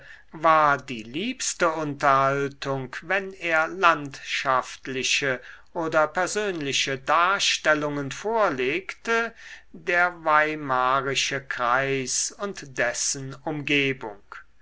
war die liebste unterhaltung wenn er landschaftliche oder persönliche darstellungen vorlegte der weimarische kreis und dessen umgebung